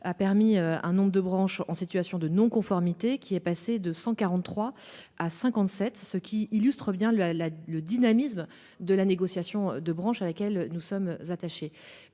de réduire le nombre de branches en situation de non-conformité, passé de 143 à 57. Cela illustre bien le dynamisme de la négociation de branche, à laquelle nous sommes attachés.